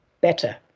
better